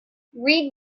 read